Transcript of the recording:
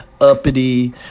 uppity